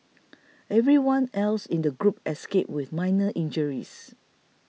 everyone else in the group escaped with minor injuries